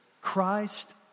Christ